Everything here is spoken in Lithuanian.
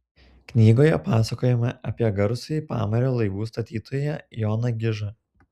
knygoje pasakojama apie garsųjį pamario laivų statytoją joną gižą